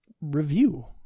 review